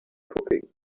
cooking